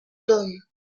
d’hommes